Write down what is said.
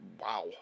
wow